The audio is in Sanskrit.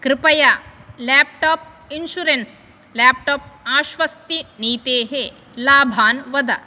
कृपया लाप्टोप् इन्शुरन्स् लाप्टोप् आश्वस्तिनीतेः लाभान् वद